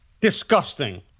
Disgusting